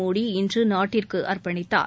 மோடி இன்று நாட்டிற்கு அர்ப்பணித்தார்